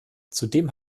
zudem